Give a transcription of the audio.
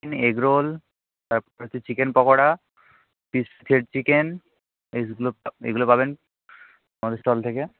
egg roll তারপর হচ্ছে chicken pakora chicken এগুলো এগুলো পাবেন আমাদের স্টল থেকে